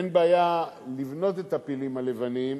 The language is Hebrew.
אין בעיה לבנות את הפילים הלבנים,